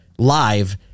Live